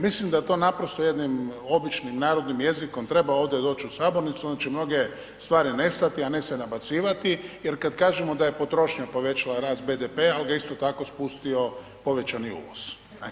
Mislim da to naprosto jednim običnim, narodnim jezikom treba ovdje doći u sabornicu onda će mnoge stvari nestati, a ne se nabacivati jer kad kažemo da je potrošnja povećala rast BDP-a al ga isto tako spustio povećani uvoz.